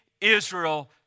Israel